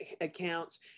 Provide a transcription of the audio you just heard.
accounts